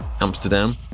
Amsterdam